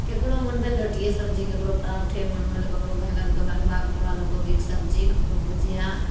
ककरो मोन भेल रोटिए सब्जी ककरो परौठे मोन होल ककरो बैगनके भरवाँ ककरो आलू गोभीके सब्जी ककरो भुजिआ